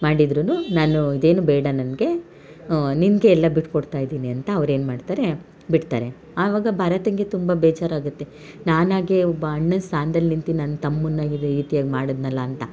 ಮಾಡಿದ್ರೂ ನಾವು ಇದೇನೂ ಬೇಡ ನನಗೆ ನಿನಗೆ ಎಲ್ಲ ಬಿಟ್ಟು ಕೊಡ್ತಾ ಇದ್ದೀನಿ ಅಂತ ಅವ್ರೇನು ಮಾಡ್ತಾರೆ ಬಿಡ್ತಾರೆ ಅವಾಗ ಭರತನಿಗೆ ತುಂಬ ಬೇಜರಾಗುತ್ತೆ ನಾನಾಗೇ ಒಬ್ಬ ಅಣ್ಣನ ಸ್ಥಾನ್ದಲ್ಲಿ ನಿಂತು ನನ್ನ ತಮ್ಮನ್ನ ಇದೇ ರೀತಿಯಾಗಿ ಮಾಡಿದ್ನಲ್ಲ ಅಂತ